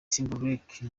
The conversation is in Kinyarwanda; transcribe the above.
timberlake